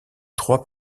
trois